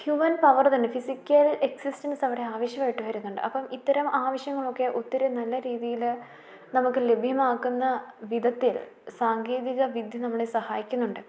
human power തന്നെ physical എക്സിസ്റ്റൻസവിടെ ആവശ്യമായിട്ട് വരുന്നുണ്ട് അപ്പം ഇത്തരം ആവശ്യങ്ങളൊക്കെ ഒത്തിരി നല്ല രീതിയിൽ നമുക്ക് ലഭ്യമാക്കുന്ന വിധത്തിൽ സാങ്കേതിക വിദ്യ നമ്മളെ സഹായിക്കുന്നുണ്ട്